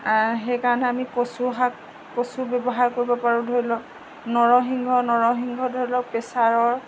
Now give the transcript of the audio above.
সেইকাৰণে আমি কচুশাক কচু ব্যৱহাৰ কৰিব পাৰোঁ ধৰি লওক নৰসিংহ নৰসিংহ ধৰি লওক প্ৰেছাৰৰ